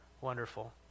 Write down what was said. wonderful